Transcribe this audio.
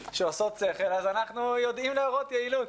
שעושות שכל אז אנחנו יודעים להראות יעילות.